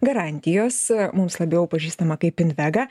garantijos mums labiau pažįstama kaip invega